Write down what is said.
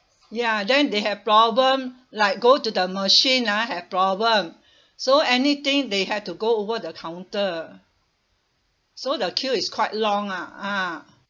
ya then they have problem like go to the machine ah have problem so anything they had to go over the counter so the queue is quite long lah ah